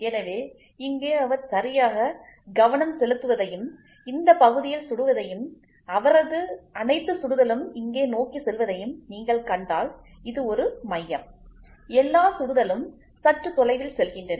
எனவே இங்கே அவர் சரியாக கவனம் செலுத்துவதையும் இந்த பகுதியில் சுடுவதையும் அவரது அனைத்து சுடுதலும் இங்கே நோக்கிச் செல்வதையும் நீங்கள் கண்டால் இது ஒரு மையம் எல்லா சுடுதலும் சற்று தொலைவில் செல்கின்றன